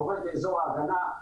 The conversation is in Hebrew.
יורד לאזור ההגנה,